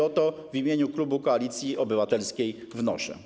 O to w imieniu klubu Koalicji Obywatelskiej wnoszę.